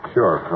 Sure